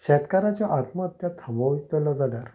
शेतकाराच्यो आत्महत्या थांबयतलो जाल्यार